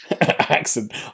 accent